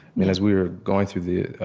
and as we were going through the